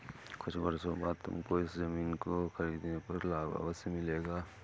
कुछ वर्षों बाद तुमको इस ज़मीन को खरीदने पर लाभ अवश्य मिलेगा